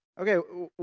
Okay